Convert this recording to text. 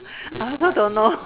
I also don't know